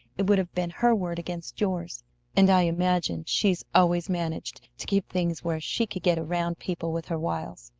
it would have been her word against yours and i imagine she's always managed to keep things where she could get around people with her wiles.